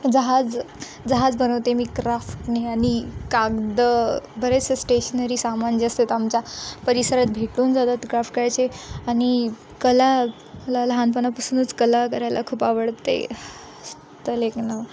जहाज जहाज बनवते मी क्राफ्टने आणि कागदं बरेचसे स्टेशनरी सामान जे असते ते आमच्या परिसरात भेटून जातात क्राफ्ट करायचे आणि कला ला लहानपणापासूनच कला करायला खूप आवडते त लेखनं